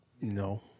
No